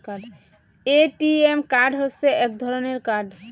ATM card হসে এক ধরণের কার্ড